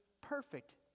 perfect